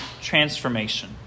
transformation